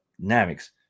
dynamics